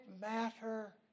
matter